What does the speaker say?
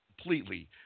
completely